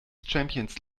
champions